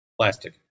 Plastic